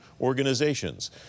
organizations